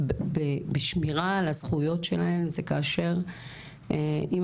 בשמירה על הזכויות שלהן זה כאשר אם